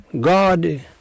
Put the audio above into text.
God